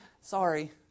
Sorry